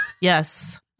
Yes